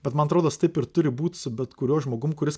bet man rodos taip ir turi būt su bet kuriuo žmogum kuris